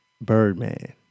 Birdman